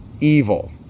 evil